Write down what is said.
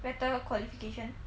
better qualification